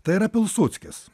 tai yra pilsudskis